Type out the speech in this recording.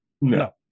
No